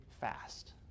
fast